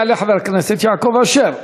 יעלה חבר הכנסת יעקב אשר,